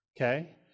Okay